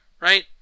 Right